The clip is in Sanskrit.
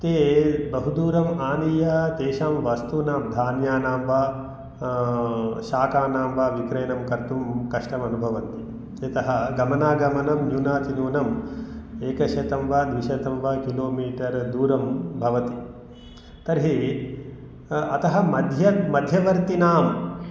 ते बहुदूरम् आनीय तेषां वस्तूनां धान्यानां वा शाकानां वा विक्रयणं कर्तुं कष्टमनुभवन्ति यतः गमनागमनं न्यूनातिन्यूनं एकशतं वा द्विशतं वा किलोमीटर् दूरं भवति तर्हि अतः मध्य मध्यवर्तिनां